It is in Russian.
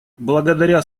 благодаря